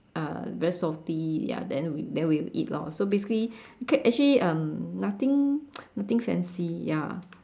uh very salty ya then we then we'll eat lor so basically okay actually um nothing nothing fancy ya